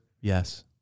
yes